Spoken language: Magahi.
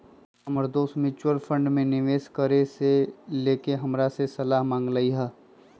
हमर दोस म्यूच्यूअल फंड में निवेश करे से लेके हमरा से सलाह मांगलय ह